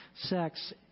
sex